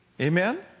Amen